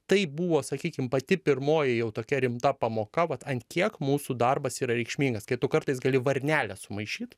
taip buvo sakykim pati pirmoji jau tokia rimta pamoka vat ant kiek mūsų darbas yra reikšmingas kai tu kartais gali varnelę sumaišyt